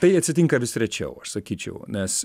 tai atsitinka vis rečiau aš sakyčiau nes